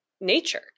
nature